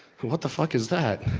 what the f ah ck is that?